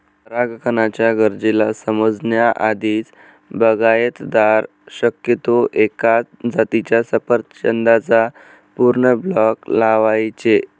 परागकणाच्या गरजेला समजण्या आधीच, बागायतदार शक्यतो एकाच जातीच्या सफरचंदाचा पूर्ण ब्लॉक लावायचे